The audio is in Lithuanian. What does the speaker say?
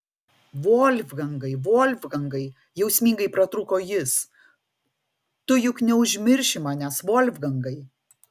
volfgangai volfgangai jausmingai pratrūko jis tu juk neužmirši manęs volfgangai